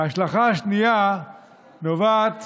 ההשלכה השנייה נובעת